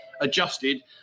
adjusted